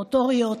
מוטוריות,